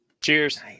cheers